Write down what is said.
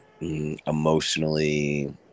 emotionally